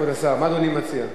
כבוד השר, מה אדוני מציע?